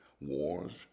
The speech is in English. wars